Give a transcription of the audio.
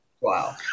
Wow